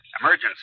Emergency